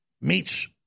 meets